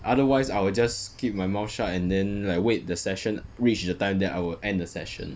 otherwise I will just keep my mouth shut and then like wait the session reach the time then I will end the session